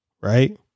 right